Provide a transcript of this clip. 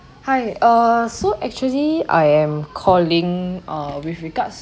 hi err so actually I am calling uh with regard